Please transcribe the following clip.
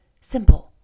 Simple